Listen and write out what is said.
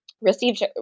Received